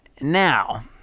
Now